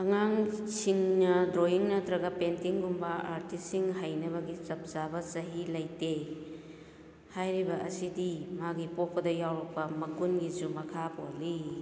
ꯑꯉꯥꯡꯁꯤꯡꯅ ꯗ꯭ꯔꯣꯋꯤꯡ ꯅꯠꯇ꯭ꯔꯒ ꯄꯦꯟꯇꯤꯡꯒꯨꯕ ꯑꯥꯔꯇꯤꯁꯁꯤꯡ ꯍꯩꯅꯕꯒꯤ ꯆꯞꯆꯥꯕ ꯆꯍꯤ ꯂꯩꯇꯦ ꯍꯥꯏꯔꯤꯕ ꯑꯁꯤꯗꯤ ꯃꯥꯒꯤ ꯄꯣꯛꯄꯗ ꯌꯥꯎꯔꯛꯄ ꯃꯒꯨꯟꯒꯤꯁꯨ ꯃꯈꯥ ꯄꯣꯜꯂꯤ